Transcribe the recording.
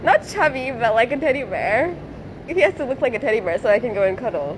not heavy but like a teddy bear and he has to look like a teddy bear so I can go and cuddle